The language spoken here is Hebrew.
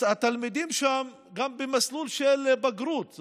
התלמידים שם גם במסלול של בגרות,